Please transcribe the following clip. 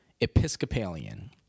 Episcopalian